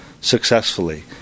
successfully